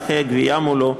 הליכי הגבייה מולו,